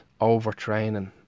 overtraining